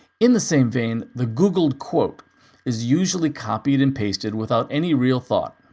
in the same vein, the googled quote is usually copied and pasted without any real thought.